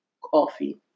coffee